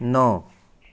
नौ